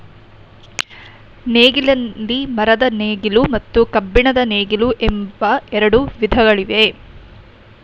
ನೇಗಿಲಿನಲ್ಲಿ ಮರದ ನೇಗಿಲು ಮತ್ತು ಕಬ್ಬಿಣದ ನೇಗಿಲು ಎಂಬ ಎರಡು ವಿಧಗಳಿವೆ